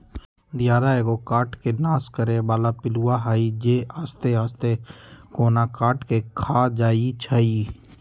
दियार एगो काठ के नाश करे बला पिलुआ हई जे आस्ते आस्ते कोनो काठ के ख़ा जाइ छइ